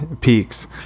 peaks